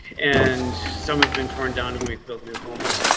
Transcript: and some have been torn down. and we build new homes.